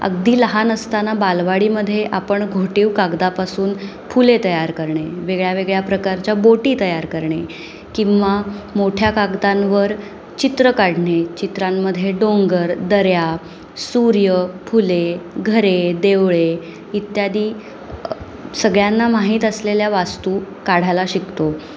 अगदी लहान असताना बालवाडीमध्ये आपण घोटीव कागदापासून फुले तयार करणे वेगळ्या वेगळ्या प्रकारच्या बोटी तयार करणे किंवा मोठ्या कागदांवर चित्र काढणे चित्रांमध्ये डोंगर दऱ्या सूर्य फुले घरे देवळे इत्यादी सगळ्यांना माहीत असलेल्या वास्तू काढायला शिकतो